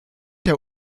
der